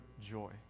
joy